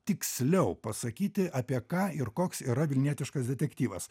tiksliau pasakyti apie ką ir koks yra vilnietiškas detektyvas